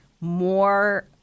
more